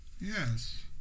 Yes